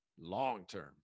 long-term